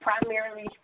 primarily